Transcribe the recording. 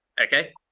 okay